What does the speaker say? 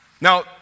Now